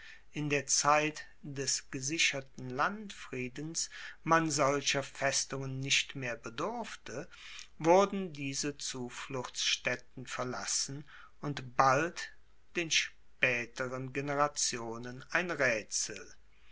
in der zeit des gesicherten landfriedens man solcher festungen nicht mehr bedurfte wurden diese zufluchtsstaetten verlassen und bald den spaeteren generationen ein raetsel